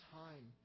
time